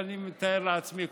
אבל אני מתאר לעצמי,